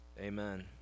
Amen